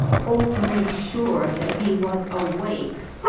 all to make sure that he was awake.